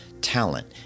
talent